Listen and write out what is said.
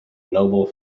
noble